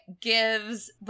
gives